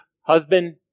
husband